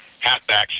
halfbacks